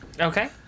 Okay